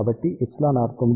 కాబట్టి εr 9